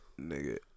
Nigga